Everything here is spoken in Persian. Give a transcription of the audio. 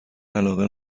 علاقه